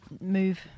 move